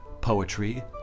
poetry